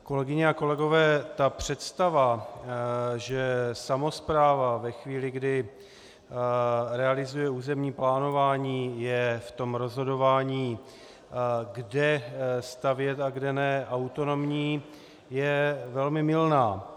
Kolegyně a kolegové, představa, že samospráva ve chvíli, kdy realizuje územní plánování, je v rozhodování, kde stavět a kde ne, autonomní, je velmi mylná.